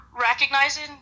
recognizing